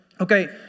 okay